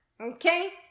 Okay